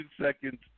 seconds